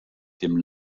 dem